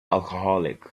alcoholic